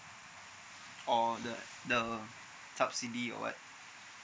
or the the subsidy or what